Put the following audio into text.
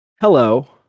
Hello